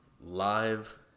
live